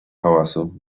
hałasu